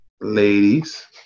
ladies